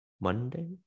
Monday